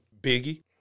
Biggie